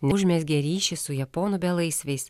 užmezgė ryšį su japonų belaisviais